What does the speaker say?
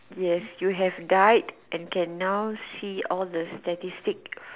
yes you have died and can now see all the statistic